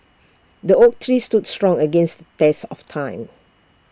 the oak tree stood strong against test of time